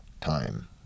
time